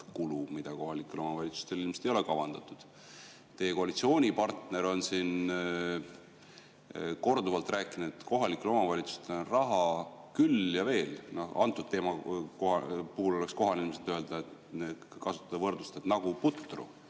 kulu, mida kohalikel omavalitsustel ilmselt ei ole kavandatud? Teie koalitsioonipartner on siin korduvalt rääkinud, et kohalikel omavalitsustel on raha küll ja veel. Antud teema puhul oleks kohane ilmselt kasutada võrdlust "nagu putru".